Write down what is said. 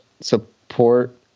support